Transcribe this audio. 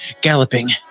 galloping